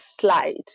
slide